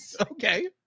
okay